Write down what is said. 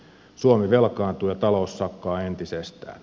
suomi velkaantuu ja talous sakkaa entisestään